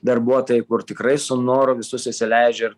darbuotojai kur tikrai su noru visus įsileidžia ir